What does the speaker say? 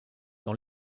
dans